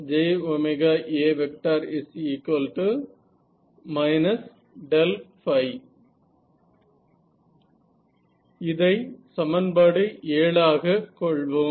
இதை சமன்பாடு 7ஆக கொள்வோம்